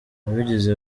ntibigeze